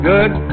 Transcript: Good